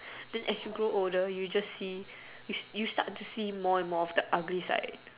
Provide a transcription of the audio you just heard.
then as you grow older you just see you you start to see more and more of the ugly side